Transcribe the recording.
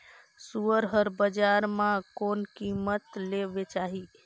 सुअर हर बजार मां कोन कीमत ले बेचाही?